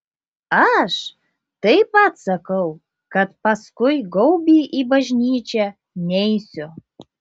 aš taip pat sakau kad paskui gaubį į bažnyčią neisiu